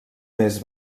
més